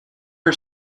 her